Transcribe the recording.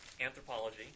anthropology